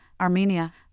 Armenia